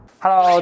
Hello